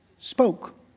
spoke